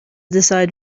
decide